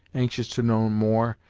anxious to know more,